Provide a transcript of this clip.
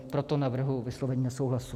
Proto navrhuji vyslovení nesouhlasu.